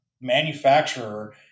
manufacturer